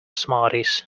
smarties